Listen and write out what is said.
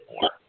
more